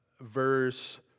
verse